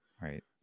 Right